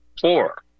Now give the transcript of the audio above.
four